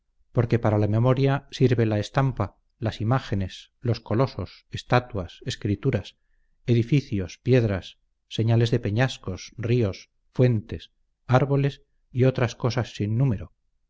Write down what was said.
porque para la memoria sirve la estampa las imágenes los colosos estatuas escrituras edificios piedras señales de peñascos ríos fuentes árboles y otras cosas sin número